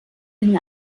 den